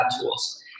tools